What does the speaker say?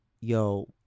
yo